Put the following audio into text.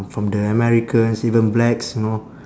from the americans even blacks know